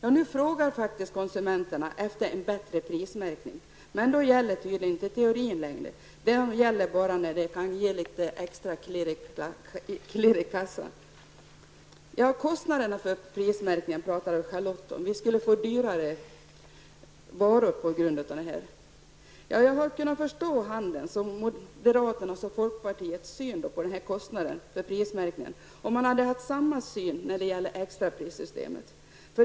Men nu frågar faktiskt konsumenterna efter en bättre prismärkning, men då gäller tydligen inte teorin längre. Den gäller bara när det kan ge litet extra klirr i kassan. Charlotte Cederschiöld talade om kostnaden för prismärkningen. Vi skulle få dyrare varor på grund av den. Jag skulle kunna förstå handelns, moderaternas och folkpartiets syn på denna kostnad för prismärkningen om man hade haft samma syn när det gäller extraprissystemet.